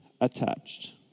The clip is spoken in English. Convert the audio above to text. attached